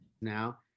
now